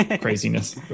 craziness